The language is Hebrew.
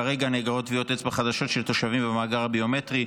כרגע נאגרות טביעות אצבע חדשות של תושבים במאגר הביומטרי,